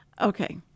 Okay